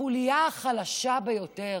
בחוליה החלשה ביותר.